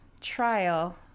trial